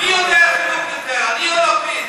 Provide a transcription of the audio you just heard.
אני רוצה להבין, מי יודע חילוק יותר, אני או לפיד?